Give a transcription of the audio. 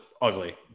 ugly